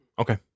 Okay